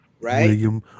Right